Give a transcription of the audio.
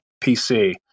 PC